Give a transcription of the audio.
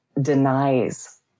denies